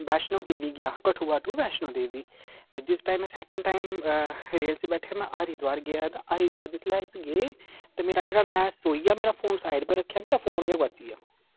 वैष्णो देवी गेआ हा कठुआ टू वैष्णो देवी ते जिस टाइम में सैकेंड टाइम रेल च बैठेआ में हरिद्वार गेआ ते हरिद्वार जिसलै अस गे ते मेरा जेह्ड़ा में सोई गेआ में फोन साइड पर रक्खेआ मेरा फोन गै गुआची गेआ